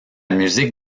musique